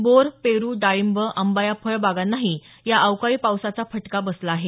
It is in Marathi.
बोर पेरू डाळींब आंबा या फळबागांनाही या अवकाळी पावसाचा फटका बसला आहे